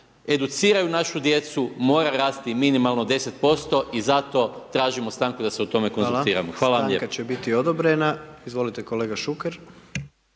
educiraju našu djecu mora rasti minimalno 10% i zato tražimo stanku da se o tome konzultiramo. Hvala. **Jandroković, Gordan (HDZ)** Hvala. Stanka će biti odobrena. Izvolite kolega Šuker.